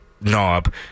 knob